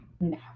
No